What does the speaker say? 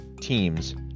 teams